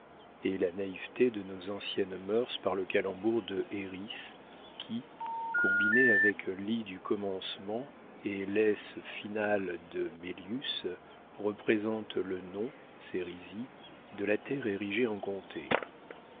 et la naïveté de nos anciennes mœurs par le calembour de eris qui combiné avec l'i du commencement et l's final de melius représente le nom sérisy de la terre érigée en comté